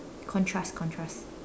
contrast contrast